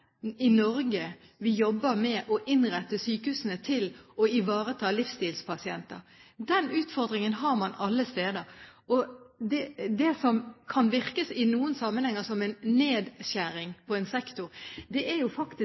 i Norge vi jobber med å innrette sykehusene for å ivareta livsstilspasienter. Den utfordringen har man alle steder. Det som i noen sammenhenger kan virke som en nedskjæring på en sektor, er jo faktisk